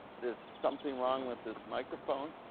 there's something wrong with this microphone.